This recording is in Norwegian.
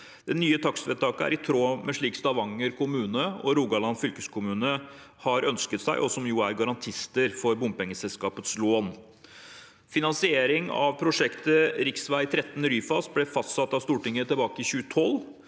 Det nye takstvedtaket er i tråd med det Stavanger kommune og Rogaland fylkeskommune har ønsket seg, og de er garantister for bompengeselskapets lån. Finansiering av prosjektet rv. 13 Ryfast ble fastsatt av Stortinget tilbake i 2012.